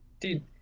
Dude